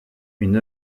une